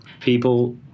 people